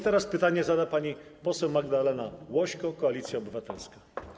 Teraz pytanie zada pani poseł Magdalena Łośko, Koalicja Obywatelska.